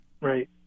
Right